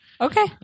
Okay